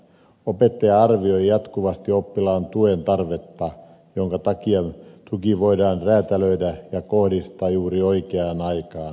opettaja arvioi jatkuvasti oppilaan tuen tarvetta minkä takia tuki voidaan räätälöidä ja kohdistaa juuri oikeaan aikaan